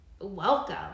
welcome